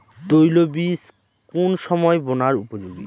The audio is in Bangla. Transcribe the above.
তৈল বীজ কোন সময় বোনার উপযোগী?